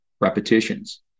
repetitions